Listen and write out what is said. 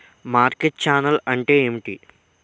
Market channel అంటే ఏంటి?